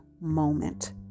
moment